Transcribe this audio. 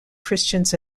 christians